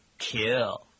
kill